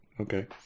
okay